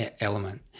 element